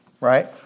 Right